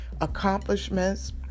accomplishments